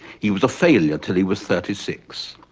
he was a failure until he was thirty six.